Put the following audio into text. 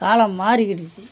காலம் மாறிக்கிடுச்சு